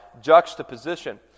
juxtaposition